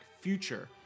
Future